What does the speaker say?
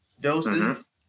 doses